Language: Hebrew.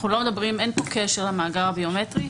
אין פה קשר למאגר הביומטרי,